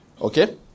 Okay